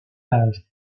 âge